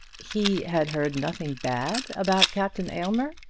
he had heard nothing bad about captain aylmer!